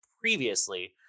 previously